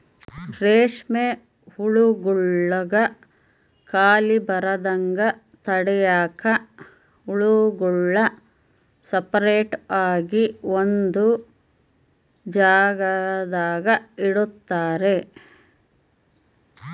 ರೇಷ್ಮೆ ಹುಳುಗುಳ್ಗೆ ಖಾಲಿ ಬರದಂಗ ತಡ್ಯಾಕ ಹುಳುಗುಳ್ನ ಸಪರೇಟ್ ಆಗಿ ಒಂದು ಜಾಗದಾಗ ಇಡುತಾರ